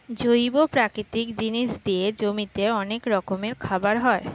জৈব প্রাকৃতিক জিনিস দিয়ে জমিতে অনেক রকমের খাবার হয়